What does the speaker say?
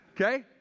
okay